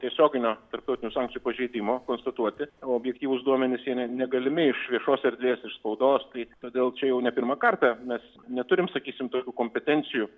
tiesioginio tarptautinių sankcijų pažeidimo konstatuoti objektyvūs duomenys yra negalimi iš viešos erdvės iš spaudos taip todėl čia jau ne pirmą kartą mes neturim sakysim tokių kompetencijų